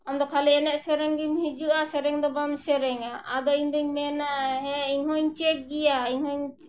ᱟᱢ ᱫᱚ ᱠᱷᱟᱞᱤ ᱮᱱᱮᱡ ᱥᱮᱨᱮᱧ ᱜᱮᱢ ᱦᱤᱡᱩᱜᱼᱟ ᱥᱮᱨᱮᱧ ᱫᱚ ᱵᱟᱢ ᱥᱮᱨᱮᱧᱟ ᱟᱫᱚ ᱤᱧᱫᱩᱧ ᱢᱮᱱᱟ ᱦᱮᱸ ᱤᱧ ᱦᱚᱸᱧ ᱪᱮᱫ ᱜᱮᱭᱟ ᱤᱧᱦᱚᱸᱧ